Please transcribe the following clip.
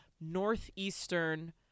Northeastern